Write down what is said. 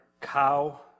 cow